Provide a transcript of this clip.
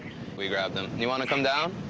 we grabbed them. do you want to come down?